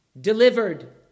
delivered